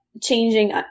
changing